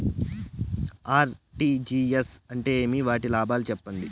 RTGS అంటే ఏమి? వాటి లాభాలు సెప్పండి?